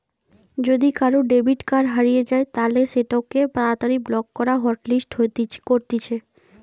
যদি কারুর debit card হারিয়ে যায় তালে সেটোকে তাড়াতাড়ি ব্লক বা হটলিস্ট করতিছে